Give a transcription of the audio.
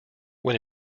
when